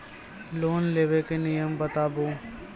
Loan लेबे के नियम बताबू?